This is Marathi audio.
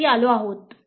धन्यवाद